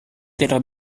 tidak